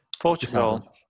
Portugal